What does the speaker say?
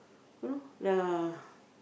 how long the